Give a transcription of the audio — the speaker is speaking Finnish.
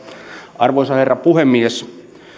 arvoisa herra puhemies